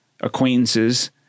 acquaintances